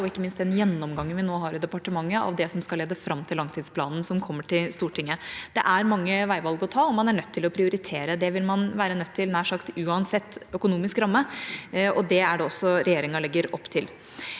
ikke minst den gjennomgangen vi nå har i departementet av det som skal lede fram til langtidsplanen som kommer til Stortinget. Det er mange veivalg å ta, og man er nødt til å prioritere. Det vil man være nødt til nær sagt uansett økonomisk ramme, og det er det også regjeringa legger opp til.